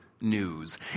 news